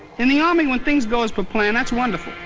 in the army when things go as per planned that's wonderful,